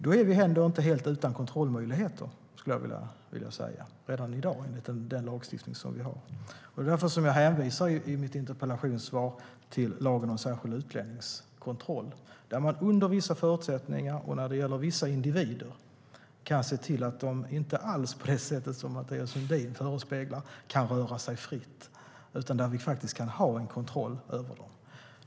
Då är vi inte heller nu helt utan kontrollmöjligheter, skulle jag vilja säga, enligt den lagstiftning som vi har i dag. Det är därför jag i mitt interpellationssvar hänvisar till lagen om särskild utlänningskontroll där man under vissa förutsättningar och när det gäller vissa individer kan se till att de inte alls kan röra sig fritt på det sätt som Mathias Sundin förespeglar. Vi kan ha kontroll över dem.